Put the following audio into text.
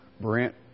Brent